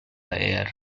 air